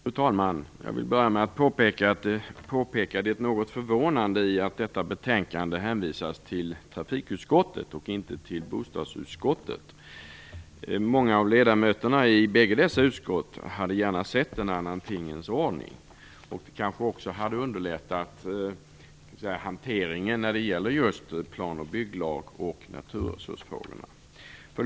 Fru talman! Jag vill börja med att påpeka det något förvånande i att detta betänkande hänvisats till trafikutskottet och inte till bostadsutskottet. Många ledamöter i bägge dessa utskott hade gärna sett en annan tingens ordning. Det hade kanske också underlättat hanteringen av plan och bygglags och naturresursfrågorna.